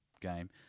game